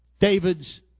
David's